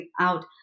out